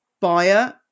buyer